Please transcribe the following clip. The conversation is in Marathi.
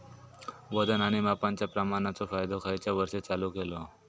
वजन आणि मापांच्या प्रमाणाचो कायदो खयच्या वर्षी चालू केलो?